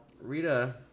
Rita